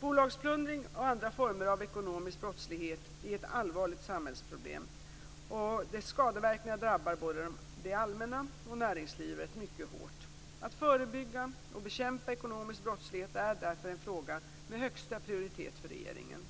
Bolagsplundring och andra former av ekonomisk brottslighet är ett allvarligt samhällsproblem. Dess skadeverkningar drabbar både det allmänna och näringslivet mycket hårt. Att förebygga och bekämpa ekonomisk brottslighet är därför en fråga med högsta prioritet för regeringen.